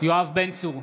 יואב בן צור,